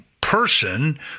person